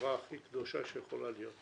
בצורה הכי קדושה שיכולה להיות.